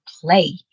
play